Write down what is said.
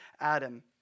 Adam